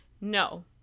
No